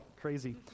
crazy